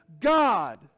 God